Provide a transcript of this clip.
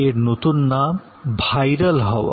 এর নতুন নাম ভাইরাল হওয়া